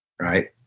Right